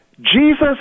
Jesus